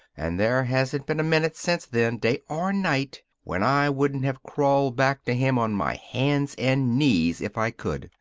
and there hasn't been a minute since then, day or night, when i wouldn't have crawled back to him on my hands and knees if i could.